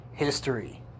History